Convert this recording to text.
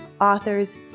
authors